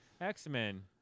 X-Men